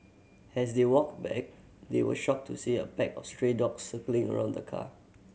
as they walked back they were shocked to see a pack of stray dogs circling around the car